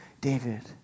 David